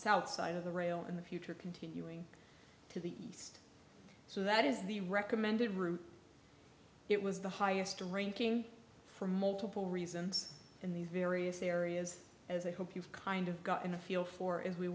south side of the rail in the future continuing to the east so that is the recommended route it was the highest ranking for multiple reasons in these various areas as i hope you've kind of gotten a feel for as we